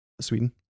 Sweden